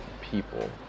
people